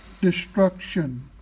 destruction